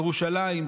ירושלים,